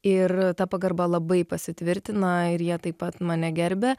ir ta pagarba labai pasitvirtina ir jie taip pat mane gerbia